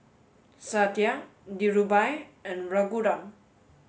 Satya Dhirubhai and Raghuram